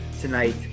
tonight